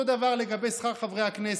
אותו דבר לגבי שכר חברי הכנסת,